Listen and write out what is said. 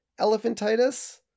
elephantitis